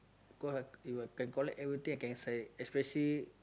cause have if can collect everything I can sell it especially